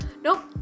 Nope